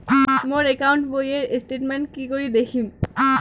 মোর account বইয়ের statement কি করি দেখিম?